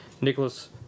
Nicholas